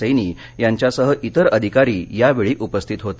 सैनी यांच्यासह इतर अधिकारी यावेळी उपस्थित होते